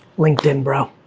linkedin, bro,